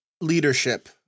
leadership